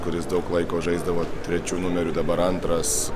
kuris daug laiko žaisdavo trečiu numeriu dabar antras